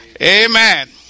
Amen